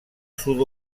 sud